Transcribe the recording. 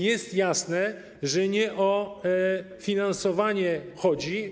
Jest więc jasne, że nie o finansowanie chodzi.